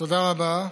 תודה רבה.